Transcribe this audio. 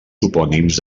topònims